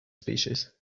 species